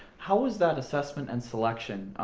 how was that assessment and selection,